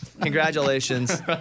Congratulations